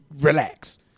relax